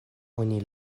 oni